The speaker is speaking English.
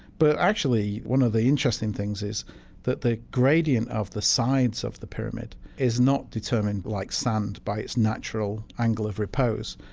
but actually, one of the interesting things is that the gradient of the sides of the pyramid is not determined, like sand, by its natural angle of repose.